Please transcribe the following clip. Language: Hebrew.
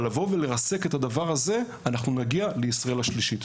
אבל ל ריסוק הרשות הזו יביא אותנו לישראל השלישית.